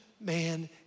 man